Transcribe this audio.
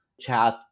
chat